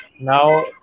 Now